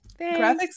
Graphics